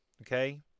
okay